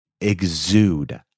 exude